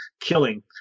killing